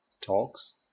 talks